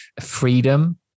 freedom